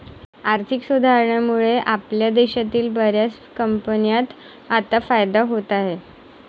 आर्थिक सुधारणांमुळे आपल्या देशातील बर्याच कंपन्यांना आता फायदा होत आहे